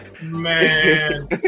Man